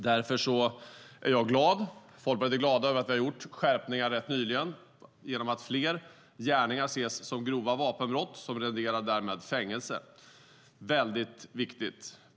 Därför är jag och Folkpartiet glada över att vi rätt nyligen har gjort skärpningar genom att fler gärningar ses som grova vapenbrott, som därmed renderar fängelse. Det är viktigt.